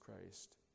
Christ